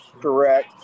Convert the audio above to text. correct